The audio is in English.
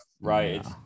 right